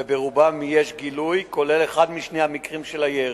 וברובם יש גילוי, כולל אחד משני המקרים של הירי.